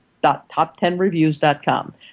top10reviews.com